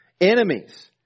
enemies